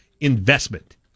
investment